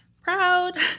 proud—